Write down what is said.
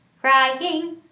crying